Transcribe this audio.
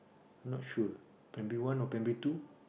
not sure primary one or primary two